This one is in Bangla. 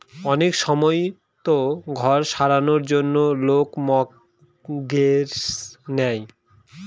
অনেক সময়তো ঘর সারানোর জন্য লোক মর্টগেজ নেয়